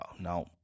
Now